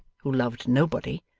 who loved nobody,